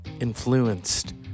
influenced